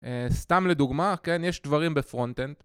סתם לדוגמה, כן, יש דברים בפרונטנט